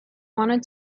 wanted